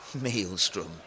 Maelstrom